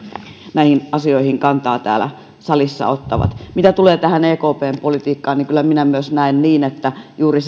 näihin asioihin kantaa täällä salissa ottavat mitä tulee ekpn politiikkaan kyllä myös minä näen niin että juuri